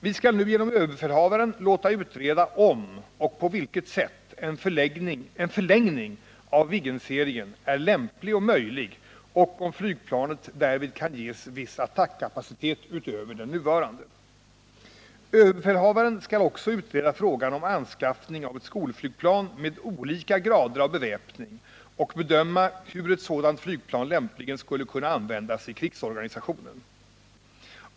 Vi skall nu genom överbefälhavaren låta utreda om och på vilket sätt en förlängning av Viggenserien är lämplig och möjlig och om flygplanet därvid kan ges en viss attackkapacitet utöver den nuvarande. Överbefälhavaren skall också utreda frågan om anskaffning av ett skolflygplan med olika grader av beväpning och bedöma hur ett sådant flygplan lämpligen skulle kunna användas i krigsorganisationen.